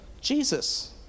Jesus